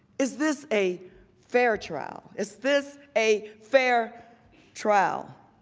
is this a fair trial? is this a fair trial?